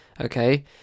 okay